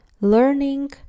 learning